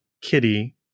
kitty